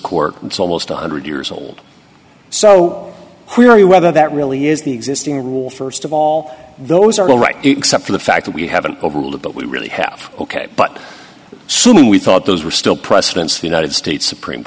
court it's almost one hundred years old so who are you whether that really is the existing rule first of all those are all right except for the fact that we have an overlap but we really have ok but soon we thought those were still precedents the united states supreme